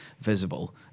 visible